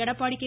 Edappadi K